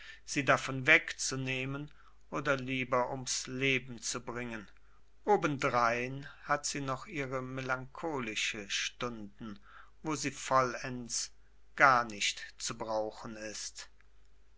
sie davon wegzunehmen oder lieber ums leben zu bringen obendrein hat sie noch ihre melancholische stunden wo sie vollends gar nicht zu brauchen ist